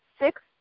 six